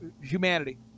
humanity